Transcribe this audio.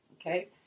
okay